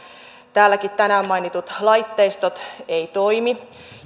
täälläkin mainitut laitteistot eivät toimi